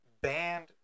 banned